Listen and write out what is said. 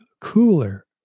cooler